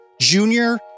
junior